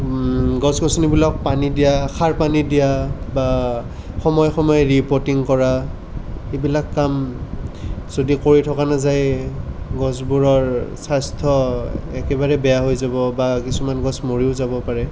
গছ গছনিবিলাক পানী দিয়া সাৰ পানী দিয়া বা সময়ে সময়ে ৰিপৰ্টিং কৰা সেইবিলাক কাম যদি কৰি থকা নাযায় গছবোৰৰ স্বাস্থ্য একেবাৰে বেয়া হৈ যাব বা কিছুমান গছ মৰিও যাব পাৰে